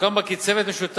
וסוכם בה כי צוות משותף,